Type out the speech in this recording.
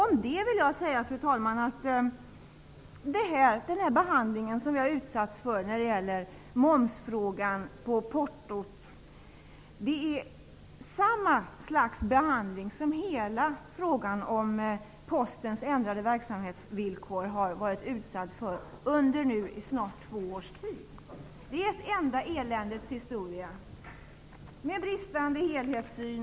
Om det vill jag säga, fru talman, att den behandling som vi har utsatts för i frågan om moms på porto är samma slag av behandling som hela frågan om ändrade verksamhetsvillkor för Posten har varit utsatt för under nu snart två års tid. Det är en verklig eländeshistoria, som visar en brist på helhetssyn.